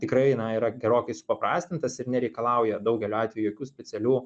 tikrai na yra gerokai supaprastintas ir nereikalauja daugeliu atvejų jokių specialių